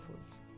Foods